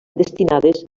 destinades